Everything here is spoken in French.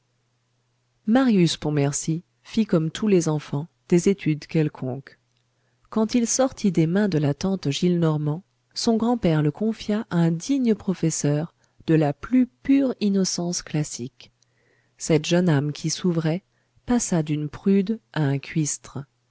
marius pontmercy fit comme tous les enfants des études quelconques quand il sortit des mains de la tante gillenormand son grand-père le confia à un digne professeur de la plus pure innocence classique cette jeune âme qui s'ouvrait passa d'une prude à un cuistre